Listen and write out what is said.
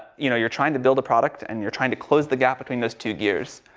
you know you're trying to build a product, and you're trying to close the gap between those two gears.